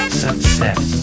success